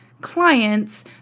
clients